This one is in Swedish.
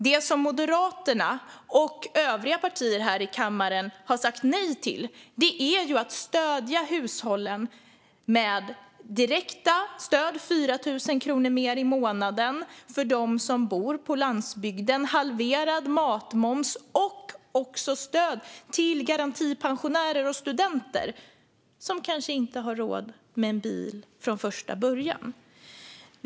Det som Moderaterna och övriga partier här i kammaren har sagt nej till är direkta stöd till hushållen: 4 000 kronor mer i månaden för dem som bor på landsbygden, halverad matmoms samt stöd till garantipensionärer och studenter, som kanske inte har råd med bil från första början.